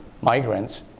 migrants